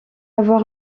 avoir